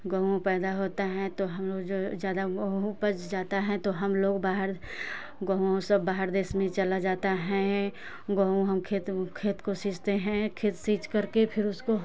गेहूँ पैदा होता है तो हम लोग ज्यादा उपज जाता है तो हम लोग बाहर गेहूँ सब बाहर देश में चला जाता है गेहूँ हम खेत हम खेत को सींचते हैं सींच कर के फिर उसको